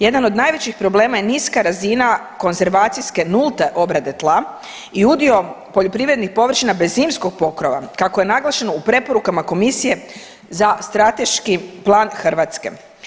Jedan od najvećih problema je niska razina konzervacijske nulte obrade tla i udio poljoprivrednih površina bez zimskog pokrova kako je naglašen u preporukama Komisije za strateški plan Hrvatske.